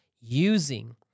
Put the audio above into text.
using